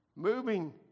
Moving